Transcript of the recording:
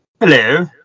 Hello